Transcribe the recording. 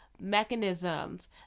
mechanisms